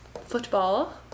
football